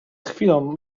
chwilą